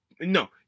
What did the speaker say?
no